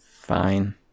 Fine